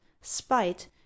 spite